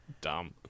dumb